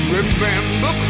Remember